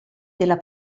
della